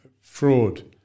fraud